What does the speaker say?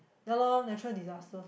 ya lor natural disaster